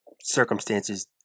circumstances